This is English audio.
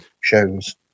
shows